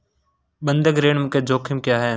बंधक ऋण के जोखिम क्या हैं?